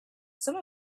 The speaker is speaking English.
some